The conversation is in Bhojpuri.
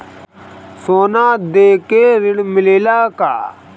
सोना देके ऋण मिलेला का?